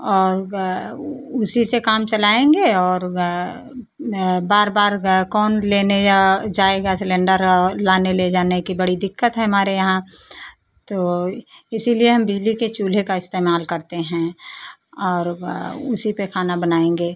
और उसी से काम चलाएंगे और बार बार कौन लेने जाएगा सिलेंडर लाने ले जाने की बड़ी दिक्कत है हमारे यहाँ तो इसीलिए हम बिजली के चूल्हे का इस्तेमाल करते हैं और उसी पे खाना बनाएंगे